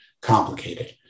complicated